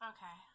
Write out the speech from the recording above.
Okay